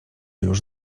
już